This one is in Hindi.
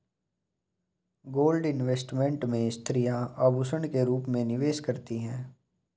गोल्ड इन्वेस्टमेंट में स्त्रियां आभूषण के रूप में निवेश करती हैं